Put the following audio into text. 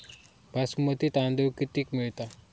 बासमती तांदूळ कितीक मिळता?